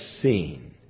seen